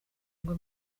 ngo